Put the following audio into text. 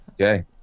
Okay